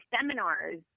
seminars